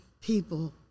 people